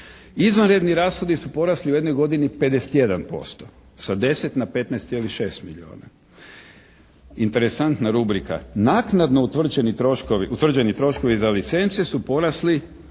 Izvanredni rashodi su porasli u jednoj godini 51%, sa 10 na 15,6 milijuna. Interesantna rubrika. Naknadno utvrđeni troškovi za licence su porasli